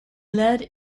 led